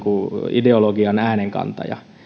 ideologian äänenkantaja